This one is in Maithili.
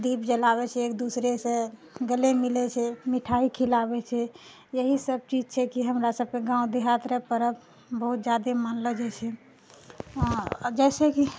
दीप जलाबैत छै एक दूसरेसँ गले मिलैत छै मिठाइ खिलाबैत छै यहीसभ चीज छै कि हमरासभ सभके गाँव देहातरे पर्व बहुत जादे मानलो जाइत छै जैसेकि